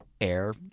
air